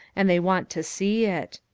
and they want to see it.